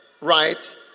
Right